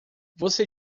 você